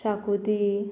शाकोती